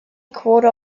quarter